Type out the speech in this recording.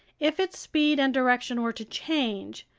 if its speed and direction were to change,